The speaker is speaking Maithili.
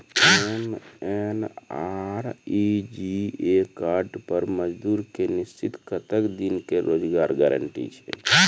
एम.एन.आर.ई.जी.ए कार्ड पर मजदुर के निश्चित कत्तेक दिन के रोजगार गारंटी छै?